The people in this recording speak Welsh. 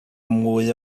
mwy